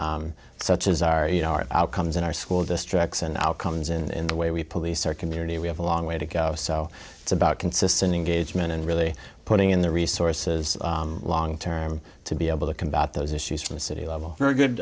burlington such as our you know our outcomes in our school districts and outcomes in the way we police our community we have a long way to go so it's about consistent engagement and really putting in the resources long term to be able to combat those issues from the city level we're good